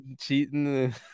Cheating